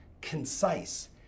concise